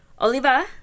Oliva